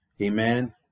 amen